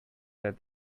that